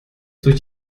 durch